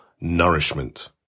nourishment